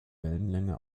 wellenlänge